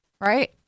Right